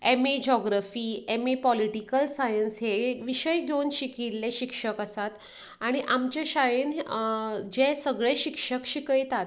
M A geography M A political science हेय विशय घेवन शिकिल्ले शिक्षक आसात आनी आमचे शाळेंत जे सगळें शिक्षक शिकयतात